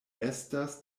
estas